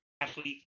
athlete